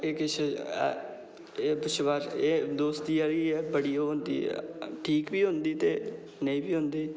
एह् किश एह् दोस्ती यारी ऐ ओह् होंदी ऐ ठीक बी होंदी ते नेईं बी होंदी